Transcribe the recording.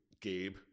Gabe